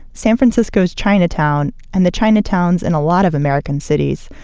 san francisco's chinatown and the chinatowns in a lot of american cities,